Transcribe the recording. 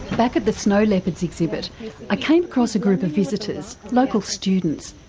back at the snow leopards exhibit i came across a group of visitors, local students,